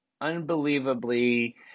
unbelievably